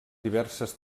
diverses